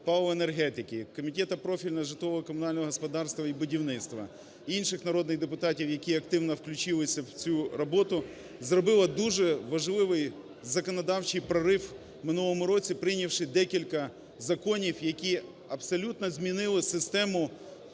і енергетики, Комітету профільного з житлово-комунального господарства і будівництва і інших народних депутатів, які активно включилися в цю роботу, зробила дуже важливий законодавчий прорив в минулому році, прийнявши декілька законів, які абсолютно змінили систему